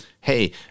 hey